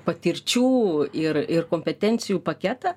patirčių ir ir kompetencijų paketą